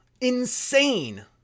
Insane